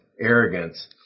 arrogance